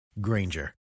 Granger